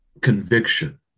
conviction